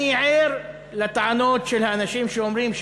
אני ער לטענות של האנשים שאומרים,